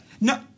No